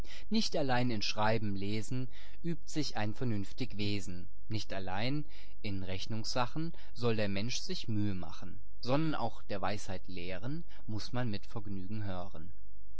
nicht allein im schreiben lesen übt sich ein vernünftig wesen nicht allein in rechnungssachen soll der mensch sich mühe machen sondern auch der weisheit lehren muß man mit vergnügen hören